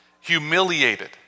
humiliated